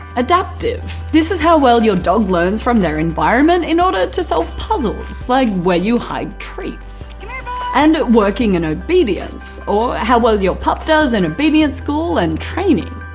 adaptive this is how well your dog learns from their environment in order to solve puzzles, like where you hide treats and working and obedience or, how well your pup does in obedience school and training.